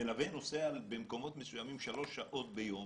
מלווה נוסע במקומות מסוימים שלוש שעות ביום